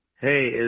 hey